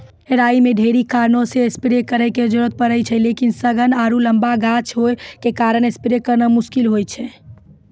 राई मे ढेरी कारणों से स्प्रे करे के जरूरत पड़े छै लेकिन सघन आरु लम्बा गाछ होय के कारण स्प्रे करना मुश्किल होय छै?